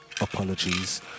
Apologies